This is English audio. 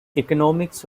economics